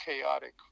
chaotic